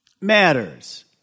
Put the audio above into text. matters